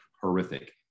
horrific